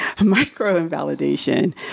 Micro-invalidation